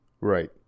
Right